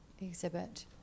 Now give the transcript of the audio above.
exhibit